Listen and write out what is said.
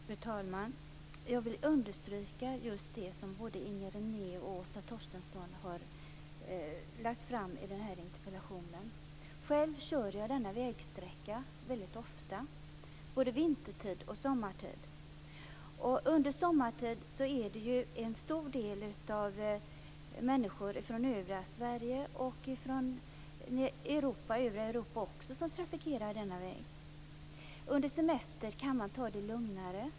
Fru talman! Jag vill understryka just det som både Inger René och Åsa Torstensson har lagt fram i den här interpellationen. Själv kör jag denna vägsträcka väldigt ofta, både vintertid och sommartid. Under sommartid är det en stor del människor från övriga Sverige och även från övriga Europa som trafikerar denna väg. Under semestern kan man ta det lugnare.